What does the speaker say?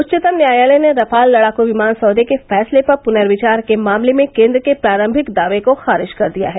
उच्चतम न्यायालय ने रफाल लड़ाकू विमान सौदे के फैसले पर पुनर्विचार के मामले में केन्द्र के प्रारंभिक दाये को खारिज कर दिया है